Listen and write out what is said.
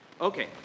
okay